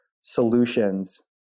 solutions